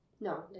no